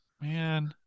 Man